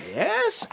yes